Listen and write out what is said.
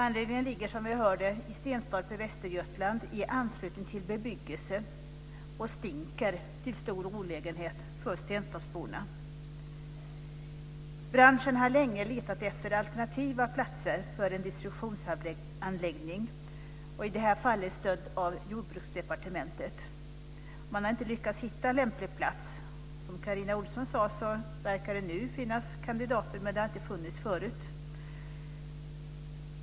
Denna anläggning i Västergötland ligger i anslutning till bebyggelser, och den stinker, till stor olägenhet för Stenstorpsborna. Branschen har med stöd av Jordbruksdepartementet länge letat efter alternativa platser för en destruktionsanläggning. Man har inte lyckats hitta en lämplig plats. Som Carina Ohlsson sade verkar det nu finnas alternativa lägen, men sådana har alltså tidigare inte funnits.